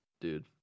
dude